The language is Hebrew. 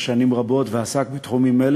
לא אסחף יותר.